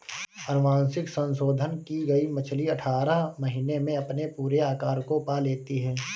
अनुवांशिक संशोधन की गई मछली अठारह महीने में अपने पूरे आकार को पा लेती है